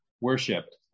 worshipped